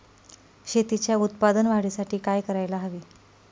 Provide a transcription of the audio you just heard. शेतीच्या उत्पादन वाढीसाठी काय करायला हवे?